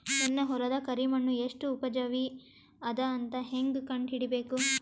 ನನ್ನ ಹೊಲದ ಕರಿ ಮಣ್ಣು ಎಷ್ಟು ಉಪಜಾವಿ ಅದ ಅಂತ ಹೇಂಗ ಕಂಡ ಹಿಡಿಬೇಕು?